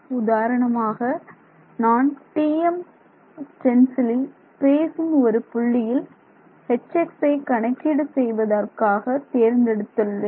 உதாரணமாக நான் TM பென்சிலில் ஸ்பேஸ் இன் ஒரு புள்ளியில் Hx கணக்கீடு செய்வதாக செய்வதற்காக தேர்ந்தெடுத்துள்ளேன்